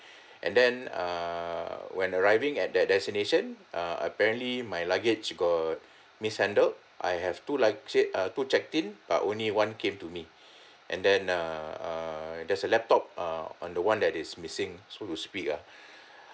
and then err when arriving at that destination uh apparently my luggage got mishandled I have two lugga~ uh two check in but only one came to me and then uh err there's a laptop uh on the one that is missing so who speak ah